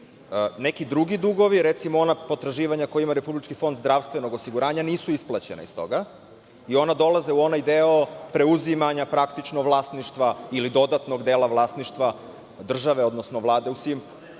Neki drugi dugovi, recimo ona potraživanja koja ima Republički fond zdravstvenog osiguranja, nisu isplaćeni iz toga i dolaze u onaj deo preuzimanja vlasništva ili dodatnog dela vlasništva države, odnosno Vlade u „Simpu“.